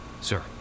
sir